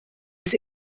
was